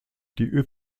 die